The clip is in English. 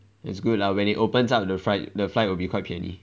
it's good lah when it opens up the flight the flight will be quite 便宜